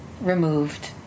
removed